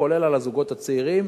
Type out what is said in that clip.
כולל על הזוגות הצעירים,